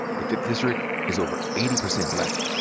the fifth district is over eighty percent black.